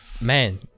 man